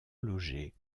logé